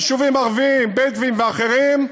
יישובים ערביים, בדואיים ואחרים,